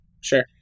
Sure